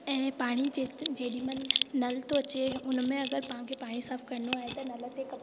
ऐं पाणी जे जेॾीमहिल नल तो अचे उन में अगरि तव्हांखे पाणी साफ़ु करिणो आहे त नल ते